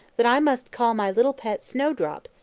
that i must call my little pet, snowdrop,